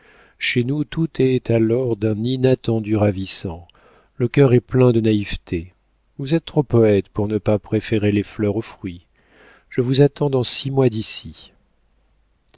chez nous tout est alors d'un inattendu ravissant le cœur est plein de naïveté vous êtes trop poète pour ne pas préférer les fleurs aux fruits je vous attends dans six mois d'ici